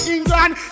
England